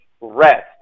rest